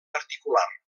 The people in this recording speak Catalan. particular